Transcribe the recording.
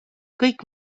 kõik